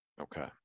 Okay